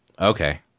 okay